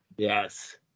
Yes